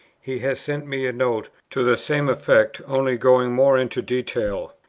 he has sent me a note to the same effect, only going more into detail.